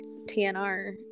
TNR